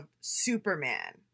Superman